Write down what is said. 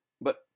But